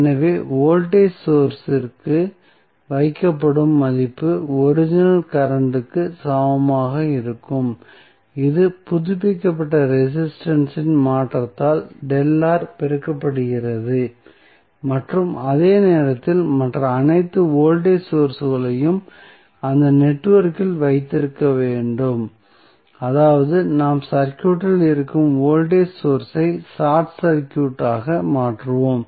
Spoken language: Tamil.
எனவே வோல்டேஜ் சோர்ஸ் இற்கு வைக்கப்படும் மதிப்பு ஒரிஜினல் கரண்ட் ற்கு சமமாக இருக்கும் இது புதுப்பிக்கப்பட்ட ரெசிஸ்டன்ஸ் இன் மாற்றத்தால் ΔR பெருக்கப்படுகிறது மற்றும் அதே நேரத்தில் மற்ற அனைத்து வோல்டேஜ் சோர்ஸ்களையும் அந்த நெட்வொர்க்கில் வைத்திருக்க வேண்டும் அதாவது நாம் சர்க்யூட்டில் இருக்கும் வோல்டேஜ் சோர்ஸ் ஐ ஷார்ட் சர்க்யூட்டாக மாற்றுவோம்